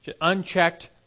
Unchecked